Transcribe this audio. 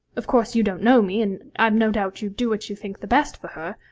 of course you don't know me, and i've no doubt you do what you think the best for her.